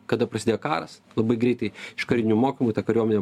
kada prasidėjo karas labai greitai iš karinių mokymų ta kariuomenė